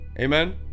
amen